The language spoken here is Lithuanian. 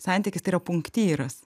santykis tai yra punktyras